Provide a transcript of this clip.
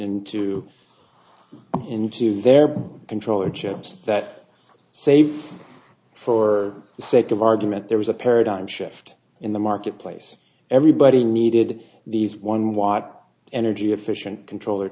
into into their control or chips that safe for the sake of argument there was a paradigm shift in the market place everybody needed these one watt energy efficient controller